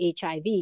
HIV